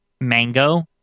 Mango